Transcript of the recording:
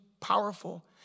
powerful